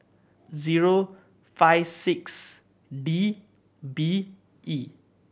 zero five six D B E